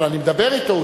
אבל אני מדבר אתו,